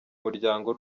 muryango